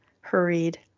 hurried